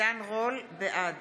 בעד